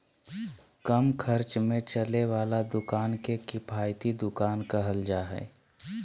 कम खर्च में चले वाला दुकान के किफायती दुकान कहल जा हइ